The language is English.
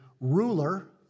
ruler